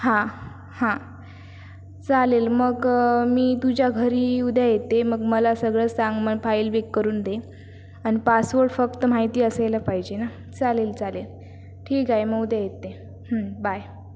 हां हां चालेल मग मी मग मी तुझ्या घरी उद्या येते मग मला सगळं सांग मग फाइल बी करून दे आणि पासवर्ड फक्त माहिती असायला पाहिजे ना चालेल चालेल ठीक आहे मग उद्या येते बाय